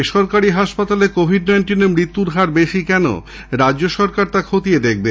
বেসরকারি হাসপাতালে কোভিড নাইন্টিনে মৃত্যুর হার বেশি কেন রাজ্য সরকার তা খতিয়ে দেখবে